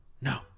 No